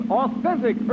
authentic